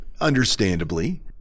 understandably